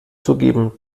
zugeben